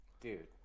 dude